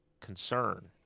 concern